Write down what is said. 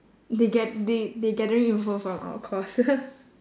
they gath~ they they gathering info from our course